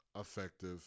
effective